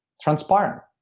transparent